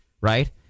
right